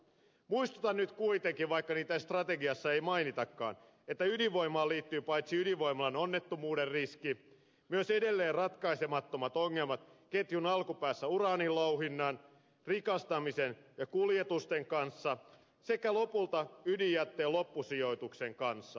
muistutan nyt kuitenkin vaikka niitä strategiassa ei mainitakaan että ydinvoimaan liittyy paitsi ydinvoimalaonnettomuuden riski myös edelleen ratkaisemattomat ongelmat ketjun alkupäässä uraanin louhinnan rikastamisen ja kuljetusten kanssa sekä lopulta ydinjätteen loppusijoituksen kanssa